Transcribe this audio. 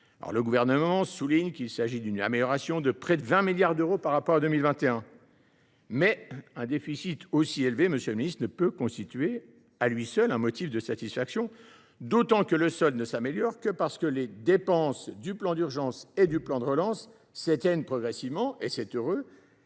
Le Gouvernement souligne qu’il s’agit d’une amélioration de près de 20 milliards d’euros par rapport à 2021, mais un déficit aussi élevé ne peut constituer à lui seul un motif de satisfaction, d’autant que le solde ne s’améliore que parce que les dépenses du plan d’urgence et du plan de relance s’éteignent progressivement – c’est heureux